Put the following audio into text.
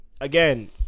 Again